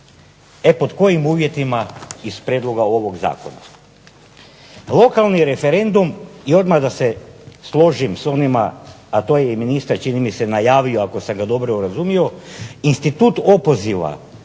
E pod kojim uvjetima iz prijedloga ovog zakona. Lokalni referendum i odmah da se složim s onima, a to je i ministar čini mi se najavio, ako sam ga dobro razumio, institut opoziva